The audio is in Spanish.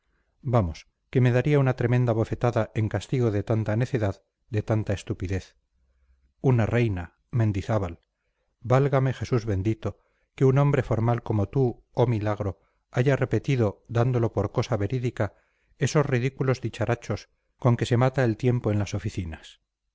vamos que me daría una tremenda bofetada en castigo de tanta necedad de tanta estupidez una reina mendizábal válgame jesús bendito que un hombre formal como tú oh milagro haya repetido dándolo por cosa verídica esos ridículos dicharachos con que se mata el tiempo en las oficinas